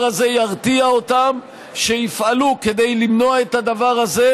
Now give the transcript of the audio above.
הזה ירתיע אותם ויפעלו כדי למנוע את הדבר הזה,